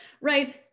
right